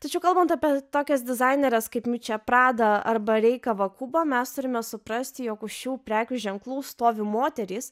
tačiau kalbant apie tokias dizaineres kaip miučia prada arba rei kavakubo mes turime suprasti jog šių prekių ženklų stovi moterys